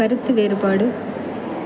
கருத்து வேறுபாடு